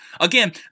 again